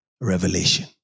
Revelation